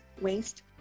waste